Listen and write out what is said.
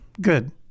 Good